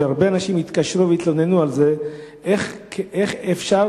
הרבה אנשים התקשרו והתלוננו: איך אפשר